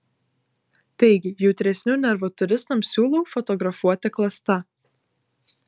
taigi jautresnių nervų turistams siūlau fotografuoti klasta